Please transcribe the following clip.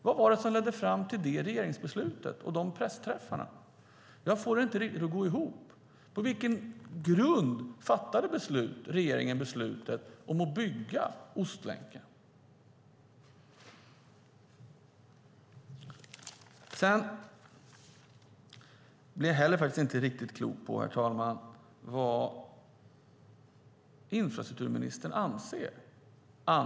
Vad ledde fram till det regeringsbeslutet och de pressträffarna? Jag får det inte riktigt att gå ihop. På vilken grund fattade regeringen beslutet att bygga Ostlänken? Jag blir heller inte riktigt klok på vad infrastrukturministern anser, herr talman.